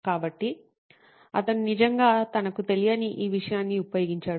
కాబట్టి అతను నిజంగా తనకు తెలియని ఈ విషయాన్ని ఉపయోగించాడు